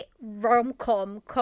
rom-com